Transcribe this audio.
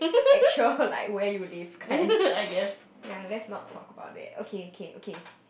actual like where you live kind ya let's not talk about that okay okay okay